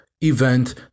event